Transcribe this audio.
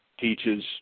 teaches